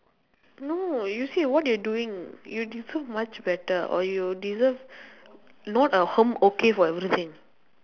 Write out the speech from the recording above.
no you see what you're doing you deserve much better or you deserve not a hmm okay for everything